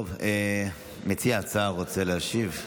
טוב, מציע ההצעה רוצה להשיב?